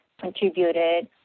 contributed